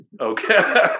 Okay